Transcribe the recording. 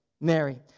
Mary